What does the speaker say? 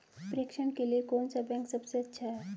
प्रेषण के लिए कौन सा बैंक सबसे अच्छा है?